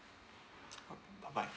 bye bye